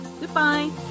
Goodbye